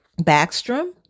Backstrom